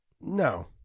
No